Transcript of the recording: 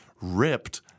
ripped